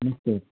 निश्चय